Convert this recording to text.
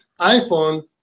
iPhone